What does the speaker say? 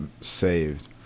saved